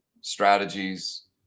strategies